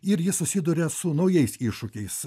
ir jis susiduria su naujais iššūkiais